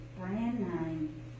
brand-name